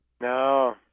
No